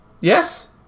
Yes